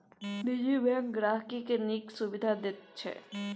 निजी बैंक गांहिकी केँ नीक सुबिधा दैत छै